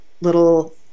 little